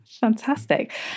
Fantastic